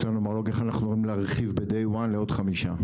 יש לנו מרלו"ג אך אנחנו אמורים להרחיב כבר ביום הראשון לעוד חמישה.